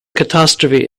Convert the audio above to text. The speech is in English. catastrophe